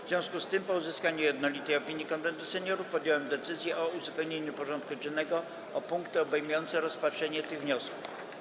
W związku z tym, po uzyskaniu jednolitej opinii Konwentu Seniorów, podjąłem decyzję o uzupełnieniu porządku dziennego o punkty obejmujące rozpatrzenie tych wniosków.